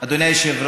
הוא דיבר,